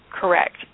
Correct